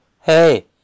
Hey